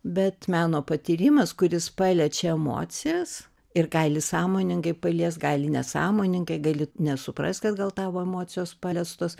bet meno patyrimas kuris paliečia emocijas ir gali sąmoningai palies gali nesąmoningai gali nesuprasti kad gal tavo emocijos paliestos